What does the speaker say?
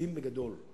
מפסידים בגדול,